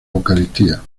eucaristía